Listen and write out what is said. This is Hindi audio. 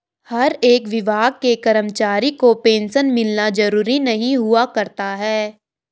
हर एक विभाग के कर्मचारी को पेन्शन मिलना जरूरी नहीं हुआ करता है